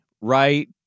right